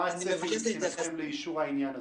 מה הצפי, מבחינתכם, לאישור העניין הזה?